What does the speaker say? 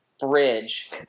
bridge